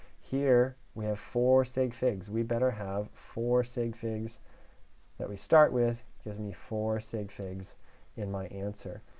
here, we have four sig figs. we better have four sig figs that we start with. gives me four sig figs in my answer.